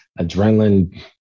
adrenaline